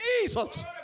Jesus